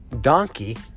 donkey